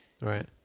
Right